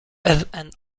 and